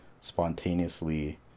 spontaneously